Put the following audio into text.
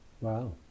Wow